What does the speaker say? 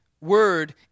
word